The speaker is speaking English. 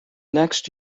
next